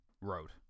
wrote